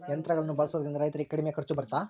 ಯಂತ್ರಗಳನ್ನ ಬಳಸೊದ್ರಿಂದ ರೈತರಿಗೆ ಕಡಿಮೆ ಖರ್ಚು ಬರುತ್ತಾ?